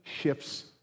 shifts